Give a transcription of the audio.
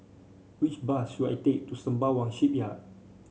which bus should I take to Sembawang Shipyard